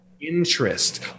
interest